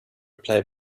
play